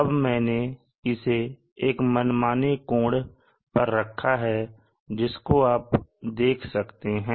अब मैंने इसे एक मनमाने कोण पर रखा है जिसको आप देख सकते हैं